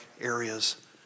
areas